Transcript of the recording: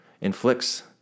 inflicts